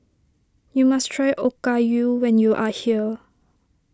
you must try Okayu when you are here